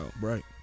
Right